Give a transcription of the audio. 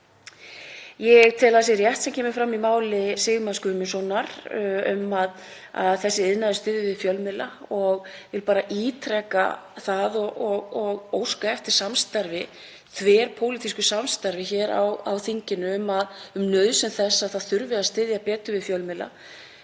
Ég tel að það sé rétt sem kemur fram í máli Sigmars Guðmundssonar að þessi iðnaður styðji við fjölmiðla. Ég vil bara ítreka það og óska eftir samstarfi, þverpólitísku samstarfi hér á þinginu, um nauðsyn þess að styðja betur við fjölmiðla.